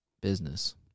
Business